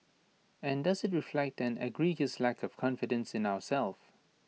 and does IT reflect an egregious lack of confidence in ourselves